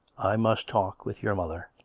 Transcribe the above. i must talk with your mother.